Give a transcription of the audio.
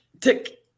tick